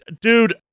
Dude